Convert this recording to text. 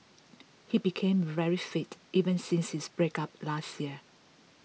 he became very fit even since his breakup last year